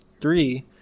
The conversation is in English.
three